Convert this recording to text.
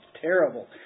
terrible